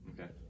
Okay